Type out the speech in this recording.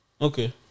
Okay